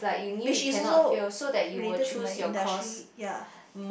which is also related to my industry ya